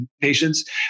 patients